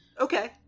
okay